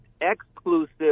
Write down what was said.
exclusive